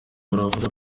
buravuga